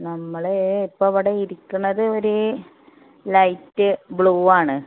നമ്മളേ ഇപ്പം ഇവിടെ ഇരിക്കുന്നത് ഒരു ലൈറ്റ് ബ്ലൂ ആണ്